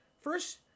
First